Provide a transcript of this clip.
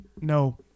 no